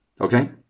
Okay